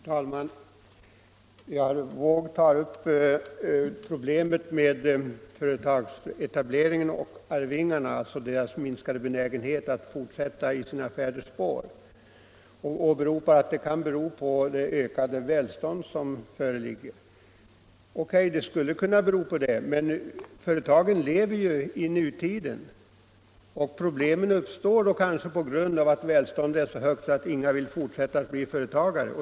Herr talman! Herr Wååg tar upp problemet med företagsetableringen och arvingarnas minskade benägenhet att fortsätta i sina fäders spår. Han sade att det kan bero på det ökade välståndet. O. K., det skulle kunna bero på detta. Men företagen lever ju i nutiden, och problemen uppstår då kanske på grund av att välståndet är så högt att ingen vill fortsätta att bli företagare.